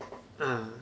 mm